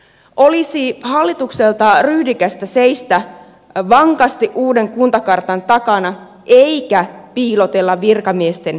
olisi hallitukselta ryhdikästä seistä vankasti uuden kuntakartan takana eikä piilotella virkamiesten selän takana